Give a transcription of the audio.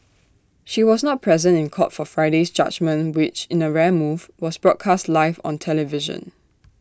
she was not present in court for Friday's judgement which in A rare move was broadcast live on television